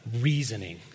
reasoning